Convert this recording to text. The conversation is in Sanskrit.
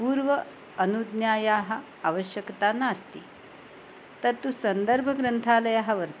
पूर्व अनुज्ञायाः आवश्यकता नास्ति तत्तु सन्दर्भग्रन्थालयः वर्तते